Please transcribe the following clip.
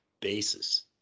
basis